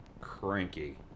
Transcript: Cranky